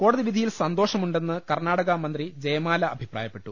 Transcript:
കോടതിവിധിയിൽ സന്തോഷമുണ്ടെന്ന് കർണാടക മന്ത്രി ജയമാല അഭിപ്രായപ്പെട്ടു